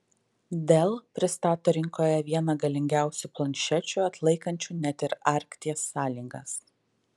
dell pristato rinkoje vieną galingiausių planšečių atlaikančių net ir arkties sąlygas